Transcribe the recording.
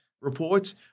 reports